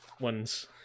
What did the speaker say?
ones